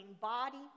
body